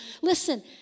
Listen